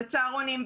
בצהרונים,